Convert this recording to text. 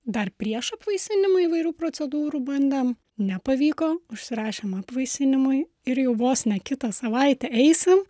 dar prieš apvaisinimą įvairių procedūrų bandėm nepavyko užsirašėm apvaisinimui ir jau vos ne kitą savaitę eisim